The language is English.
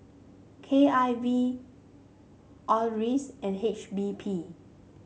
K I V Acres and H P B